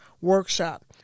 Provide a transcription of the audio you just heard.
Workshop